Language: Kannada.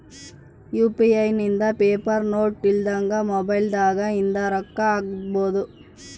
ಯು.ಪಿ.ಐ ಇಂದ ಪೇಪರ್ ನೋಟ್ ಇಲ್ದಂಗ ಮೊಬೈಲ್ ದಾಗ ಇಂದ ರೊಕ್ಕ ಹಕ್ಬೊದು